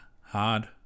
hard